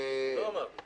תודה רבה.